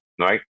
right